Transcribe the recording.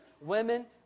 women